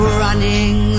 running